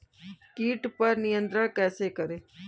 कीट पर नियंत्रण कैसे करें?